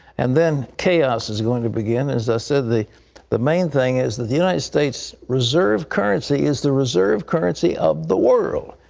and then chaos is going to begin. and as i said, the the main thing is that the united states reserve currency is the reserve currency of the world.